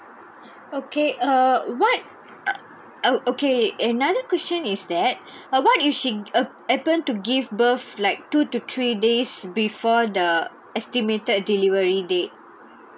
okay err what I would okay another question is that uh what if she uh happen to give birth like two to three days before the estimated delivery date